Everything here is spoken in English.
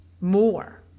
more